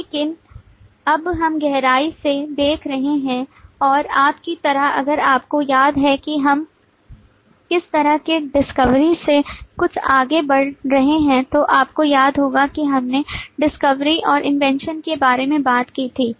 लेकिन अब हम गहराई से देख रहे हैं और आप की तरह अगर आपको याद है कि हम किस तरह के डिस्कवरी से कुछ आगे बढ़ रहे हैं तो आपको याद होगा कि हमने डिस्कवरी और इन्वेंशन के बारे में बात की थी